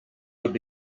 would